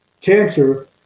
cancer